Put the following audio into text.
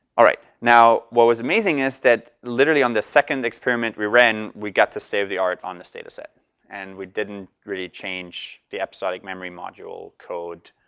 now, what was amazing is that literally, on the second experiment we ran, we got to state of the art on this dataset. and we didn't really change the episodic memory module code,